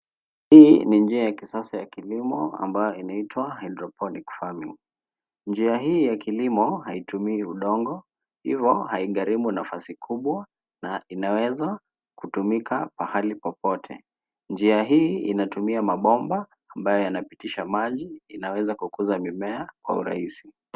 Hii ni njia ya kisasa ya kilimo ambayo inaitwa hydroponic farming . Njia hii ya kilimo haitumii udongo hivyo haigharimu nafasi kubwa na inaweza kutumika pahali popote. Njia hii inatumia mabomba ambayo yanapitisha maji. Inaweza kukuza mimea kwa urahisi.